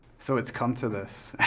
so it's come to this.